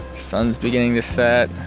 sun's beginning to set